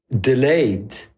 delayed